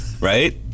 Right